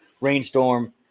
rainstorm